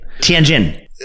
Tianjin